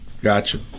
Gotcha